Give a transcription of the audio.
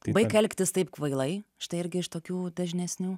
baik elgtis taip kvailai šita irgi iš tokių dažnesnių